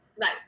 Right